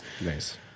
Nice